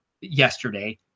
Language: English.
yesterday